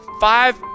five